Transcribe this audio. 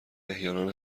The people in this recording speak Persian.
احیانا